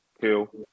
kill